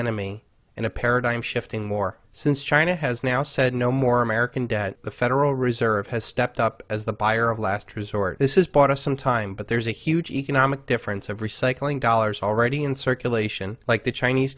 enemy in a paradigm shifting more since china has now said no more american debt the federal reserve has stepped up as the buyer of last resort this is bought us some time but there's a huge economic difference of recycling dollars already in circulation like the chinese